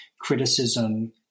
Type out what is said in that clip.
criticism